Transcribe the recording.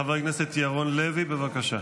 חבר הכנסת ירון לוי, בבקשה.